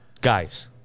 guys